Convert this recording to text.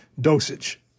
dosage